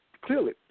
clearly